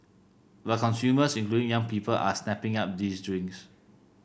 but consumers including young people are snapping up these drinks